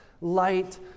light